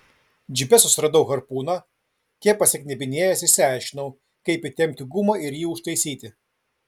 džipe susiradau harpūną kiek pasiknebinėjęs išsiaiškinau kaip įtempti gumą ir jį užtaisyti